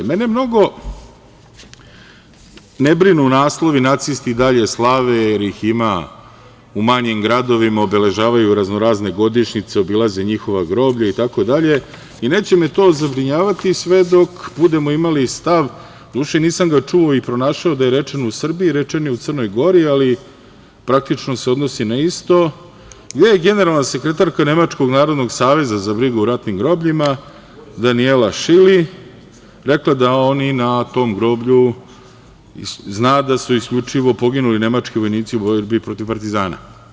Ne brinu me mnogo naslovi, nacisti i dalje slave jer ih ima u manjim gradovima, obeležavaju razno razne godišnjice, obilaze njihova groblja itd. i neće me to zabrinjavati sve dok budemo imali stav, do duše nisam ga čuo i pronašao da je rečen u Srbiji, rečen je u Crno Gori, praktično se odnosi na isto, gde je generalna sekretarka Narodnog saveza za brigu o ratnim grobljima, Danijela Šili rekla da zna da su oni na tom groblju isključivo poginuli nemački vojnici u borbi protiv partizana.